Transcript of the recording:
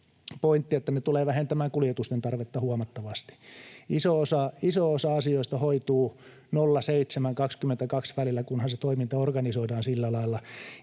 että ne tulevat vähentämään kuljetusten tarvetta huomattavasti. Iso osa asioista hoituu kello 07—22 välillä, kunhan se toiminta organisoidaan sillä lailla.